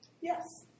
Yes